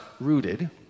rooted